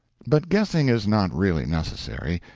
but guessing is not really necessary.